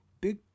Big